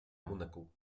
monaco